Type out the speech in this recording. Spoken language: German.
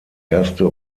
erste